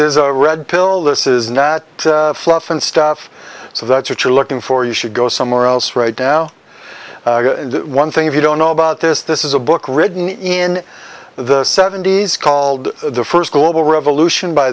is a red pill this is not fluff and stuff so that's what you're looking for you should go somewhere else right now one thing if you don't know about this this is a book written in the seventy's called the first global revolution by